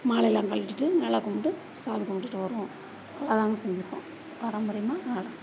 மாலையெல்லாம் கழட்டிட்டு நல்லா கும்பிட்டு சாமி கும்பிடுட்டு வருவோம் அதாங்க செஞ்சிருக்கோம் பாரம்பரியமாக